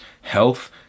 health